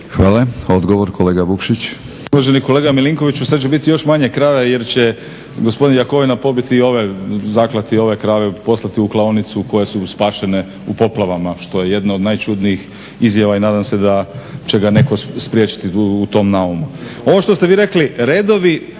Hvala. Odgovor, kolega Vukšić.